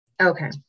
Okay